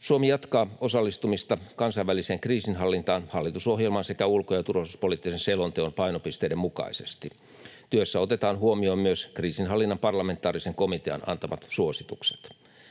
Suomi jatkaa osallistumista kansainväliseen kriisinhallintaan hallitusohjelman sekä ulko- ja turvallisuuspoliittisen selonteon painopisteiden mukaisesti. Työssä otetaan huomioon myös kriisinhallinnan parlamentaarisen komitean antamat suositukset.